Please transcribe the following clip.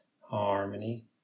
harmony